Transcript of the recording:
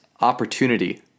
opportunity